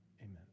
amen